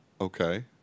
Okay